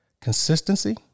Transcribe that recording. consistency